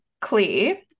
clear